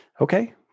Okay